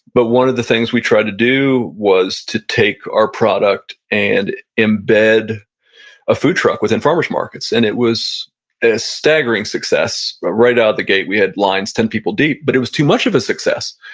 but one of the things we tried to do was to take our product and embed a food truck within farmer's markets and it was a staggering success. right out the gate we had lines ten people deep, but it was too much of a success.